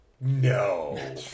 no